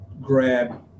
grab